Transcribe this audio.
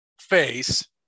face